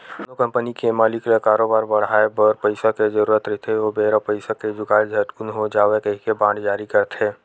कोनो कंपनी के मालिक ल करोबार बड़हाय बर पइसा के जरुरत रहिथे ओ बेरा पइसा के जुगाड़ झटकून हो जावय कहिके बांड जारी करथे